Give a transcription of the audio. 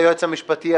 היועץ המשפטי,